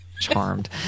Charmed